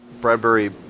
Bradbury